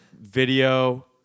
video